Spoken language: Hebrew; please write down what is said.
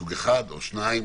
סוג אחד או שניים?